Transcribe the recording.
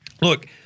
look